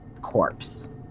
corpse